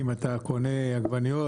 אם אתה קונה עגבניות,